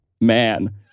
man